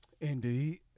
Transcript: Indeed